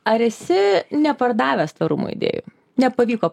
ar esi nepardavęs tvarumo idėjų nepavyko